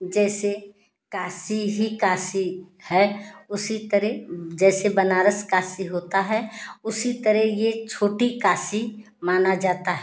जैसे काशी ही काशी है उसी तरह जैसे बनारस काशी होता है उसी तरह ये छोटी काशी माना जाता है